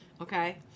Okay